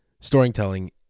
Storytelling